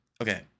Okay